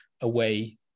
away